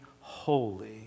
holy